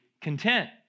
content